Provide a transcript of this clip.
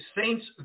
saints